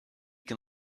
can